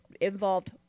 involved